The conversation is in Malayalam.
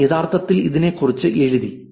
അവർ യഥാർത്ഥത്തിൽ ഇതിനെ കുറിച്ച് എഴുതി